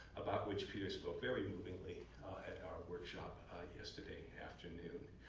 about which peter spoke very movingly at our workshop yesterday afternoon.